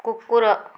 କୁକୁର